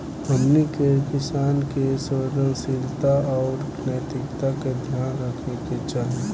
हमनी के किसान के संवेदनशीलता आउर नैतिकता के ध्यान रखे के चाही